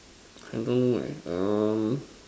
I don't know leh um